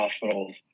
hospitals